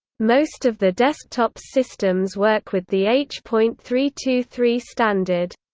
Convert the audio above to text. most of the desktops systems work with the h point three two three standard.